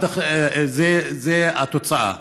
זו התוצאה.